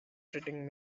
treating